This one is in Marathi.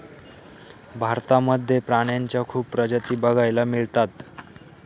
भारतामध्ये प्राण्यांच्या खूप प्रजाती बघायला मिळतात